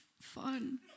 fun